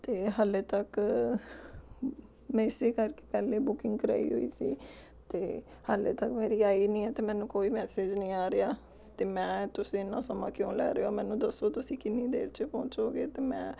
ਅਤੇ ਹਾਲੇ ਤੱਕ ਮੈਂ ਇਸ ਕਰਕੇ ਪਹਿਲਾਂ ਬੁਕਿੰਗ ਕਰਵਾਈ ਹੋਈ ਸੀ ਅਤੇ ਹਾਲੇ ਤੱਕ ਮੇਰੀ ਆਈ ਨਹੀਂ ਹੈ ਅਤੇ ਮੈਨੂੰ ਕੋਈ ਮੈਸੇਜ ਨਹੀਂ ਆ ਰਿਹਾ ਤੇ ਮੈਂ ਤੁਸੀਂ ਇੰਨਾ ਸਮਾਂ ਕਿਉਂ ਲੈ ਰਹੇ ਹੋ ਮੈਨੂੰ ਦੱਸੋ ਤੁਸੀਂ ਕਿੰਨੀ ਦੇਰ 'ਚ ਪਹੁੰਚੋਗੇ ਅਤੇ ਮੈਂ